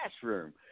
classroom